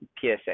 PSA